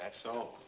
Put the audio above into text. so?